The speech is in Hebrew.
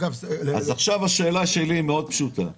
השאלה שלי פשוטה מאוד: